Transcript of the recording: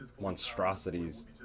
monstrosities